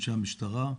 אנשי המשטרה,